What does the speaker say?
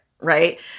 Right